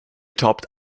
topped